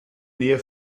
nähe